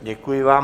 Děkuji vám.